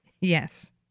Yes